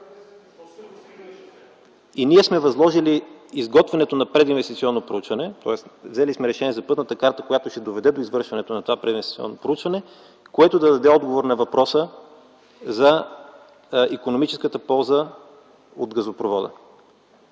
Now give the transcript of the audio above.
И ние сме възложили изготвянето на прединвестиционно проучване, тоест взели сме решение за пътната карта, която ще доведе до извършването на това прединвестиционно проучване, което да даде отговор на въпроса за икономическата полза от газопровода.